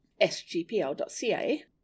sgpl.ca